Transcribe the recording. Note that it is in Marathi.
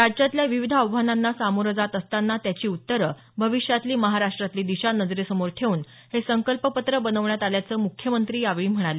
राज्यातल्या विविध आव्हानांना सामोरं जात असताना त्याची उत्तरं भविष्यातली महाराष्ट्रातली दिशा नजरेसमोर ठेऊन हे संकल्पपत्र बनवण्यात आल्याचं मुख्यमंत्री यावेळी म्हणाले